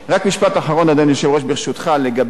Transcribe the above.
לגבי הביטחון התזונתי,